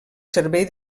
servei